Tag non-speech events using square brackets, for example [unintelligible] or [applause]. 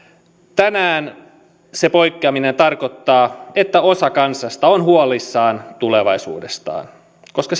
tänään se poikkeaminen tarkoittaa että osa kansasta on huolissaan tulevaisuudestaan koska [unintelligible]